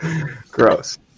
Gross